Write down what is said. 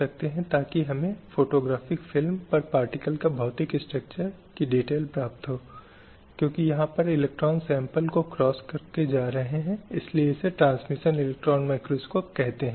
इसलिए कहीं न कहीं मानव अधिकारों की सार्वभौमिक घोषणा उन बुनियादी मानवाधिकारों की स्थापना और पुष्टि के लिए हुई जो समाज में पुरुषों और महिलाओं के अस्तित्व के लिए महत्वपूर्ण हैं